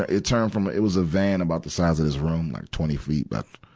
ah it turned from a, it was a van about the size of this room, like twenty feet but